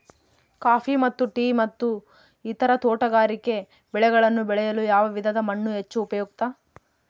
Coffee ಮತ್ತು tea ಮತ್ತು ಇತರ ತೋಟಗಾರಿಕೆ ಬೆಳೆಗಳನ್ನು ಬೆಳೆಯಲು ಯಾವ ವಿಧದ ಮಣ್ಣು ಹೆಚ್ಚು ಉಪಯುಕ್ತ?